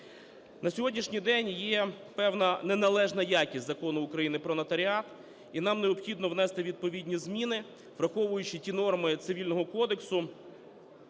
На сьогоднішній день є певна неналежна якість Закону України "Про нотаріат", і нам необхідно внести відповідні зміни, враховуючи ті норми Цивільного кодексу,